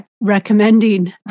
recommending